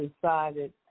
decided